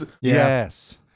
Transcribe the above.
Yes